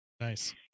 Nice